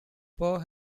pour